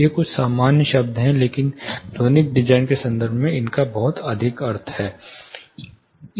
ये कुछ सामान्य शब्द हैं लेकिन ध्वनिक डिजाइन के संदर्भ में इनका बहुत अर्थ है